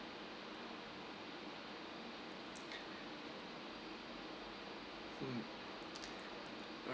mm